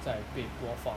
在被播放